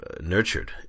nurtured